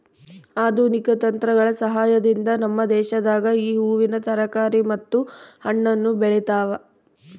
ಆಧುನಿಕ ತಂತ್ರಗಳ ಸಹಾಯದಿಂದ ನಮ್ಮ ದೇಶದಾಗ ಈ ಹೂವಿನ ತರಕಾರಿ ಮತ್ತು ಹಣ್ಣನ್ನು ಬೆಳೆತವ